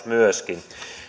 myöskin rajavartio laitos